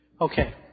Okay